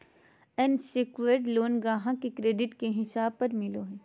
unsecured loan ग्राहक के credit के हिसाब पर मिलो हय